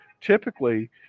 typically